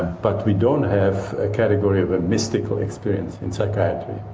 but we don't have a category of a mystical experience in psychiatry,